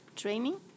training